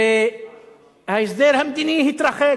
וההסדר המדיני התרחק.